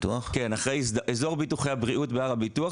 להיכנס לאזור ביטוחי הבריאות בהר הביטוח,